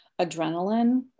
adrenaline